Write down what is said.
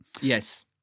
Yes